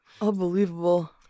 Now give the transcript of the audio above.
Unbelievable